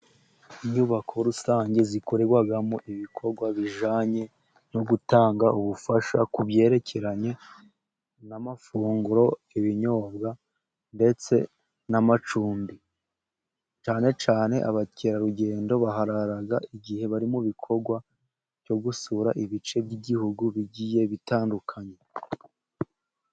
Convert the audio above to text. Inyubako rusange zikorerwamo, ibikorwa bijyanye no gutanga, ubufasha ku byerekeranye n'amafunguro, ibinyobwa ndetse n'amacumbi, cyane cyana abakerarugendo, bahararaga igihe bari mu bikorwa byo gusura, ibice by'igihugu bigiye bitandukanye.